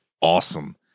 awesome